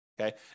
okay